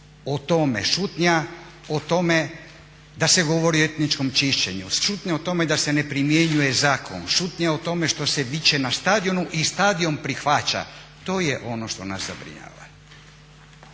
o tome, šutnja o tome da se govori o etničkom čišćenju, šutnja o tome da se ne primjenjuje zakon, šutnja o tome što se viče na stadionu i station prihvaća. To je ono što nas zabrinjava.